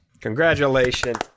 Congratulations